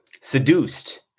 seduced